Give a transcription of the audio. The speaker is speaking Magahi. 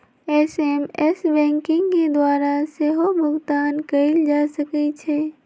एस.एम.एस बैंकिंग के द्वारा सेहो भुगतान कएल जा सकै छै